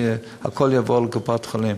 הכול יעבור לקופות-החולים.